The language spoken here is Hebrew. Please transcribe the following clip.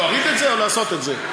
להוריד את זה או לעשות את זה?